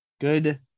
good